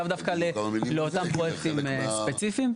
לאו דווקא לאותם פרויקטים ספציפיים.